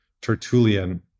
Tertullian